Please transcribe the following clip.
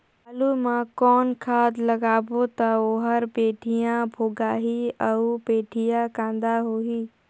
आलू मा कौन खाद लगाबो ता ओहार बेडिया भोगही अउ बेडिया कन्द होही?